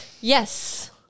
Yes